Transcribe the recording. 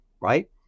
right